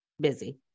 busy